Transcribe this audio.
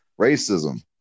racism